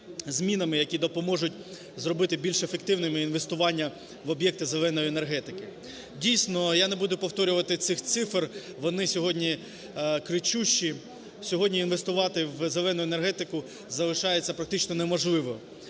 які допоможуть зробити більш ефективними інвестування в об'єкти "зеленої" енергетики. Дійсно, я не буду повторювати цих цифр, вони сьогодні кричущі. Сьогодні інвестувати в "зелену" енергетику залишається практично неможливо.